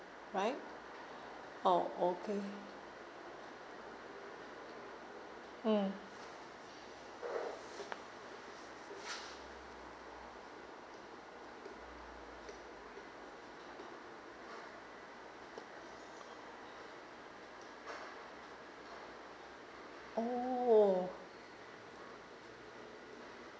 right oh okay mm oo